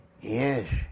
Yes